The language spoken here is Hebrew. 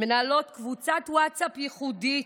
מנהלות קבוצת ווטסאפ ייחודית,